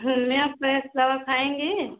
homeopath दवा खाएँगी